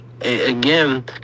again